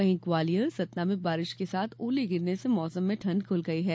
वहीं ग्वालियर सतना में बारिश साथ ओले गिरने से मौसम में ठंडक घुल गई है